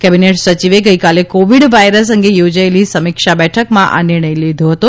cabinet સચિવે ગઈકાલે covid virus અંગે યોજેલી સમીક્ષા બેઠકમાં આ નિર્ણય લેવાયો હતો